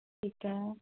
ਠੀਕ ਆ